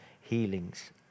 healings